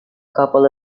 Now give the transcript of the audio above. couple